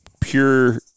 pure